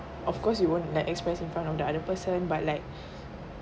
of course you won't like express in front of the other person but like